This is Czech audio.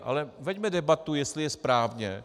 Ale veďme debatu, jestli je správně.